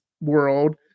world